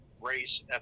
race